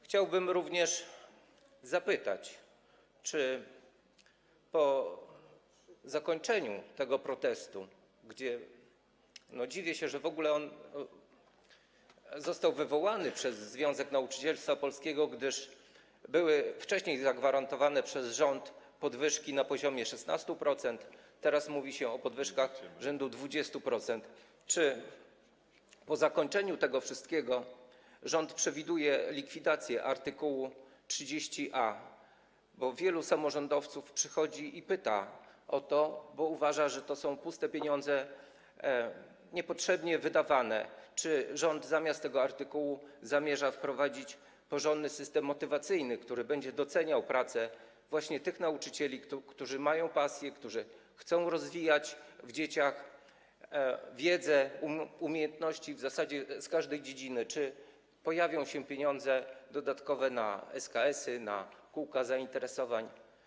Chciałbym również zapytać, czy po zakończeniu tego protestu - dziwię się, że w ogóle został on wywołany przez Związek Nauczycielstwa Polskiego, gdyż były wcześniej zagwarantowane przez rząd podwyżki na poziomie 16%, teraz mówi się o podwyżkach rzędu 20% - czy po zakończeniu tego wszystkiego rząd przewiduje likwidację art. 30a, bo wielu samorządowców przychodzi i pyta o to, bo uważa, że to są puste pieniądze, niepotrzebnie wydawane, czy rząd zamiast tego artykułu zamierza wprowadzić porządny system motywacyjny, który będzie doceniał pracę właśnie tych nauczycieli, którzy mają pasję, którzy chcą rozwijać w dzieciach wiedzę, umiejętności w zasadzie z każdej dziedziny, czy pojawią się dodatkowe pieniądze na SKS-y, na kółka zainteresowań.